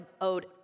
owed